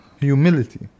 Humility